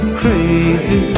crazy